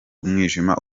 umwijima